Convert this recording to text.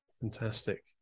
Fantastic